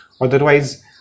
Otherwise